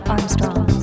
Armstrong